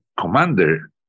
commander